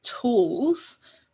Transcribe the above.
tools